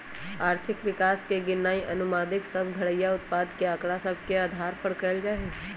आर्थिक विकास के गिननाइ अनुमानित सभ घरइया उत्पाद के आकड़ा सभ के अधार पर कएल जाइ छइ